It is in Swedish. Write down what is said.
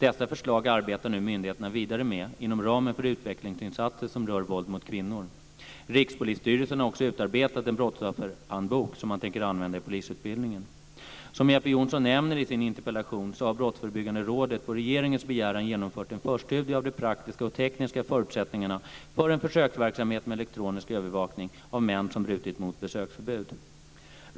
Dessa förslag arbetar nu myndigheterna vidare med inom ramen för utvecklingsinsatser som rör våld mot kvinnor. Rikspolisstyrelsen har också utarbetat en brottsofferhandbok som man tänker använda i polisutbildningen. Som Jeppe Johnsson nämner i sin interpellation har Brottsförebyggande rådet på regeringens begäran genomfört en förstudie av de praktiska och tekniska förutsättningarna för en försöksverksamhet med elektronisk övervakning av män som brutit mot besöksförbud.